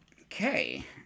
Okay